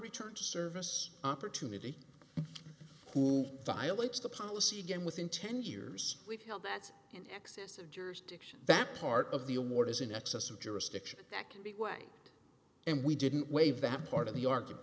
return to service opportunity who violates the policy again within ten years we've held bets in excess of jurors diction that part of the award is in excess of jurisdiction that can be white and we didn't wave that part of the argument